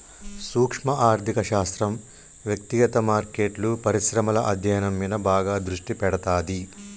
సూక్శ్మ ఆర్థిక శాస్త్రం వ్యక్తిగత మార్కెట్లు, పరిశ్రమల అధ్యయనం మీద బాగా దృష్టి పెడతాది